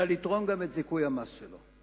אלא לתרום גם את זיכוי המס שלו,